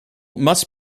must